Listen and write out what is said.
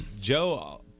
Joe